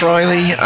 Riley